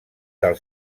del